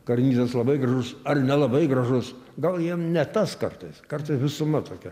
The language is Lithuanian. karnizas labai gražus ar nelabai gražus gal jiem ne tas kartais kartais visuma tokia